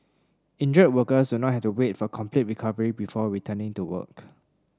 injured workers do not have to wait for complete recovery before returning to work